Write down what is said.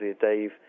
Dave